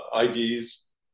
IDs